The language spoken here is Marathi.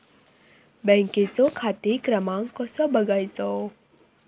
बँकेचो खाते क्रमांक कसो बगायचो?